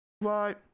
Bye